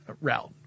route